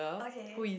okay